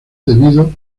debido